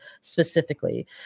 specifically